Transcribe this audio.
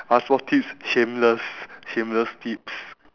ask for tips shameless shameless tips